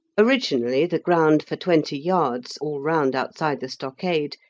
originally the ground for twenty yards, all round outside the stockade,